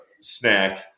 snack